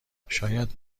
شاید